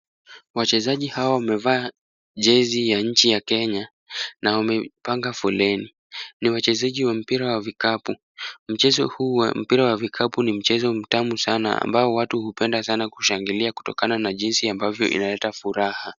Wachezaji hawa wamevaa jezi ya nchi ya Kenya na wamepanga foleni ni wachezaji wa mpira wa vikapu, mchezo huu wa mpira wa vikapu ni mchezo mtamu sana ambao watu hupenda kushangilia kutokana na jinsi ambavyo inaleta furaha.